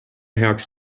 heaks